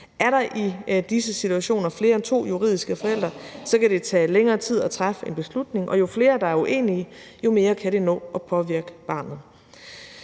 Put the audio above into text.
er der i disse situationer flere end to juridiske forældre, og så kan det tage længere tid at træffe en beslutning. Og jo flere, der er uenige, jo mere kan det nå at påvirke barnet.